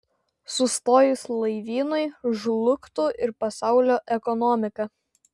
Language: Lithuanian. sustojus laivynui žlugtų ir pasaulio ekonomika